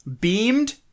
Beamed